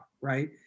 right